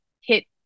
hit